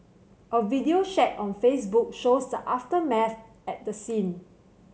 a video shared on Facebook shows the aftermath at the scene